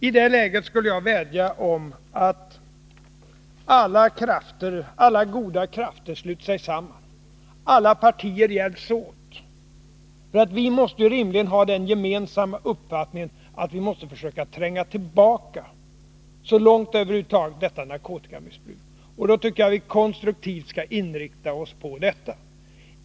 I detta läge skulle jag vilja vädja om att alla goda krafter sluter sig samman, att alla partier hjälps åt. Vi måste ju rimligen ha den gemensamma uppfattningen att vi måste försöka tränga tillbaka narkotikamissbruket så långt det över huvud taget är möjligt. Jag tycker att vi konstruktivt skall inrikta oss på detta.